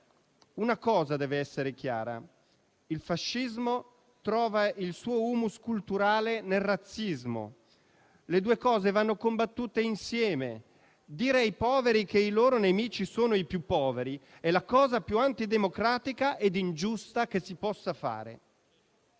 «Una cosa deve essere chiara: il fascismo trova il suo *humus* culturale nel razzismo. Le due cose vanno combattute insieme: dire ai poveri che i loro nemici sono i più poveri è la cosa più antidemocratica e ingiusta che si possa fare».